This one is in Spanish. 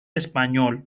español